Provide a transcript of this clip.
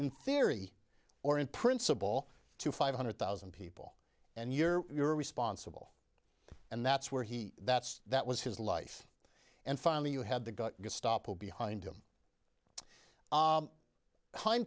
in theory or in principle to five hundred thousand people and you're you're responsible and that's where he that's that was his life and finally you had the gun gestapo behind him